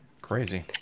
crazy